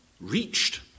reached